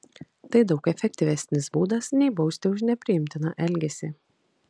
tai daug efektyvesnis būdas nei bausti už nepriimtiną elgesį